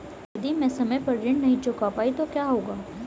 यदि मैं समय पर ऋण नहीं चुका पाई तो क्या होगा?